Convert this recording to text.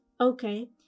okay